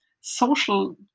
social